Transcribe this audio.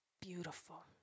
Beautiful